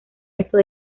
estos